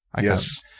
Yes